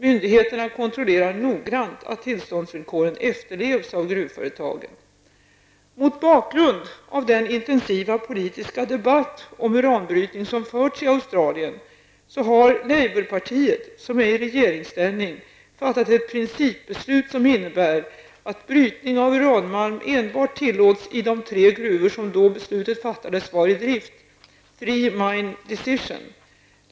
Myndigheterna kontrollerar noggrant att tillståndsvillkoren efterlevs av gruvföretagen. Mot bakgrund av den intensiva politiska debatt om uranbrytning som förts i Australien har labourpartiet, som är i regeringsställning, fattat ett principbeslut som innebär att brytning av uranmalm enbart tillåts i de tre gruvor som då beslutet fattades var i drift .